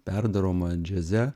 perdaroma džiaze